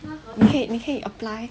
你可以可以 apply